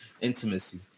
intimacy